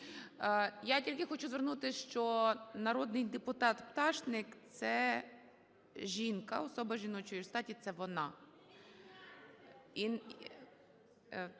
Я тільки хочу звернути, що народний депутат Пташник, це жінка, особа жіночої статі, це вона.